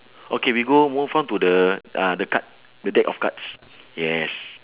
okay we go move on to the uh the card the deck of cards yes